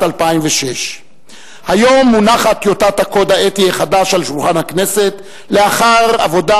2006. היום מונחת טיוטת הקוד האתי החדש על שולחן הכנסת לאחר עבודה